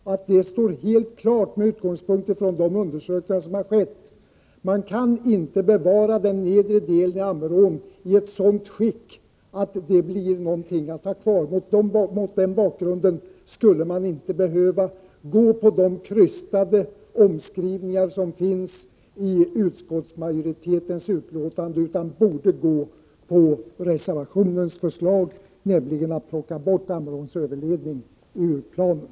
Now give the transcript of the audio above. Det står helt klart med utgångspunkt i de undersökningar som har skett. Man kan inte bevara den nedre delen av Ammerån i ett sådant skick att det blir någonting att ha kvar. Mot den bakgrunden skulle man inte behöva göra de krystade omskrivningar som finns i utskottsmajoritetens betänkande utan borde följa reservationens förslag, nämligen att plocka bort Ammeråns överledning ur planen.